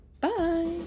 Bye